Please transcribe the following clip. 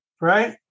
right